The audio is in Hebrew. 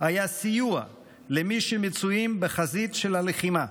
היה סיוע למי שמצויים בחזית של הלחימה,